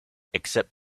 except